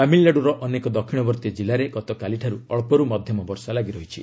ତାମିଲନାଡୁର ଅନେକ ଦକ୍ଷିଣବର୍ତ୍ତୀ ଜିଲ୍ଲାରେ ଗତକାଲିଠାରୁ ଅଞ୍ଚରୁ ମଧ୍ୟମ ବର୍ଷା ଲାଗି ରହିଛି